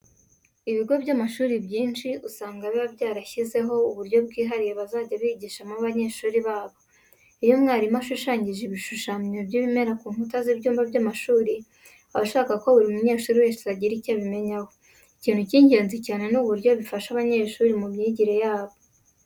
Ibigo by'amashuri byinshi usanga biba byarashyizeho uburyo bwihariye bazajya bigishamo abanyeshuri babo. Iyo umwarimu ashushanyije ibishushanyo by'ibimera ku nkuta z'ibyumba by'amashuri, aba ashaka ko buri munyeshuri wese agira icyo abimenyaho. Ikintu cy'ingenzi cyane ni uburyo bifasha abanyeshuri mu myigire yabo.